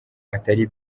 atari